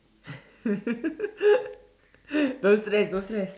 don't stress don't stress